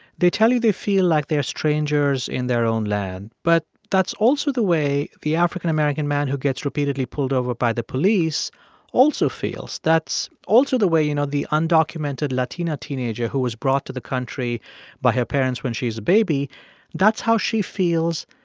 they tell you they feel like they're strangers in their own land, but that's also the way the african-american man who gets repeatedly pulled over by the police also feels. that's also the way, you know, the undocumented latina teenager who was brought to the country by her parents when she is a baby that's how she feels,